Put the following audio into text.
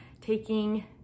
taking